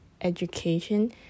education